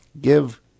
give